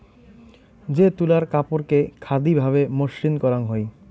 যে তুলার কাপড়কে খাদি ভাবে মসৃণ করাং হই